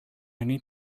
need